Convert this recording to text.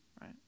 right